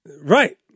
Right